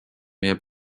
meie